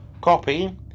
Copy